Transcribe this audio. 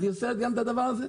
אז היא אוסרת גם את הדבר הזה.